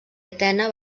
atena